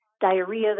diarrhea